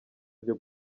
byo